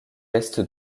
est